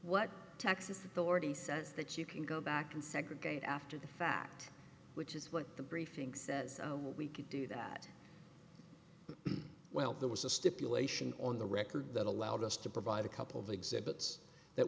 what texas authority says that you can go back and segregate after the fact which is what the briefing says what we could do that well there was a stipulation on the record that allowed us to provide a couple of exhibits that